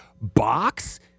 box